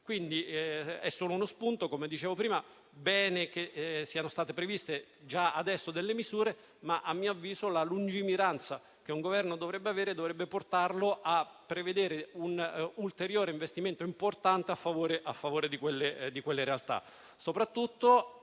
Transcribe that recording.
È solo uno spunto, come dicevo prima. È bene che siano state previste già adesso delle misure, ma, a mio avviso, la lungimiranza che un Governo dovrebbe avere, dovrebbe portarlo a prevedere un ulteriore investimento importante a favore di quelle realtà,